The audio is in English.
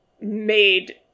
made